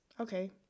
Okay